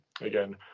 again